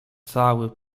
cały